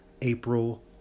April